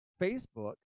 Facebook